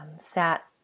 sat